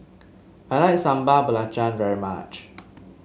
I like Sambal Belacan very much